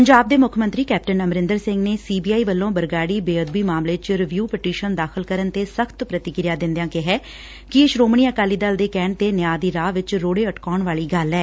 ਪੰਜਾਬ ਦੇ ਮੁੱਖ ਮੰਤਰੀ ਕੈਪਟਨ ਅਮਰੰਦਰ ਸਿੰਘ ਨੇ ਸੀ ਬੀ ਆਈ ਵੱਲੋਂ ਬਰਗਾੜੀ ਬੇਅਦਗੀ ਮਾਮਲੇ 'ਚ ਰਿਵਿਉ ਪਟੀਸ਼ਨ ਦਾਖਲ ਕਰਨ ਤੇ ਸਖ਼ਤ ਪ੍ਤੀਕਿਰਿਆ ਦਿੰਦਿਆਂ ਕਿਹਾ ਕਿ ਇਹ ਸ੍ਹੋਮਣੀ ਅਕਾਲੀ ਦਲ ਦੇ ਕਹਿਣ ਤੇ ਨਿਆਂ ਦੀ ਰਾਹ ਵਿਚ ਰੋੜੇ ਅਟਕਾਉਣ ਵਾਲੀ ਗੱਲ ਏ